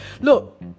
look